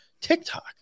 TikTok